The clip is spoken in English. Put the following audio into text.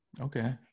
Okay